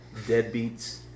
deadbeats